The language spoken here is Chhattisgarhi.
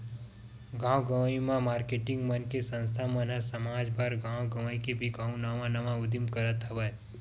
गाँव गंवई म मारकेटिंग मन के संस्था मन ह समाज बर, गाँव गवई के बिकास नवा नवा उदीम करत हवय